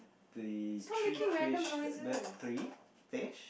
the three fish are there three fish